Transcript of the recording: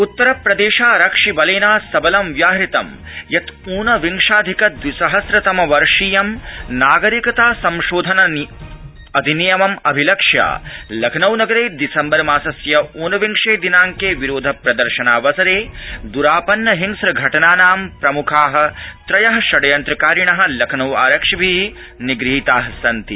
उत्तरप्र शारक्षिबलेन सबलं व्याहृतं यत् ऊनविंशाधिक द्विसहस्रतम वर्षीयं नागरिकता संशोधनाधिनियमम् अभिलक्ष्य लखनऊ नगरे शिसम्बर मासस्य ऊनविंशे शिनाड़के विरोध प्रशर्शनावसरे ़्रा न्न हिंस्र घटनानां प्रम्खा षड़्यन्त्रकारिण लखनऊ आरक्षिभि निगृहीता सन्ति